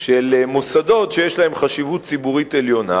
לעתים של מוסדות שיש להם חשיבות ציבורית עליונה,